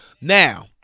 Now